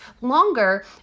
longer